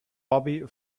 bobby